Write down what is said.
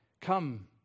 come